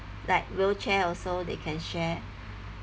like wheelchair also they can share